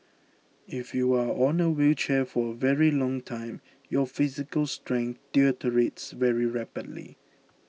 if you are on a wheelchair for a very long time your physical strength deteriorates very rapidly